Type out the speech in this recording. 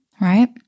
right